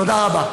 תודה רבה.